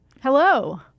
Hello